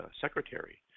secretary